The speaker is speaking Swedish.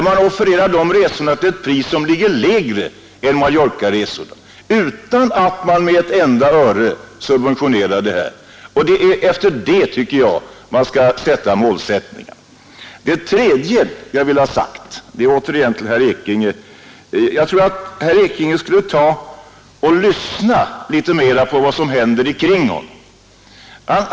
Man offererar de resorna till ett pris som ligger lägre än Mallorcaresornas utan att man subventionerar med ett enda öre — och det är den målsättningen jag tycker att man skall ha. Det tredje jag vill ha sagt är att jag tycker att herr Ekinge skulle lyssna litet mera på vad som händer omkring honom.